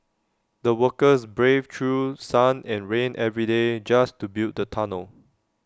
the workers braved through sun and rain every day just to build the tunnel